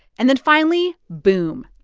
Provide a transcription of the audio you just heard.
and then finally boom,